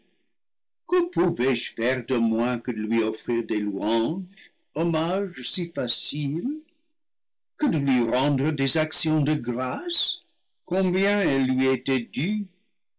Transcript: pouvais-je faire de moins que de lui offrir des louanges hommage si facile que de lui rendre des actions de grâces combien elles lui étaient dues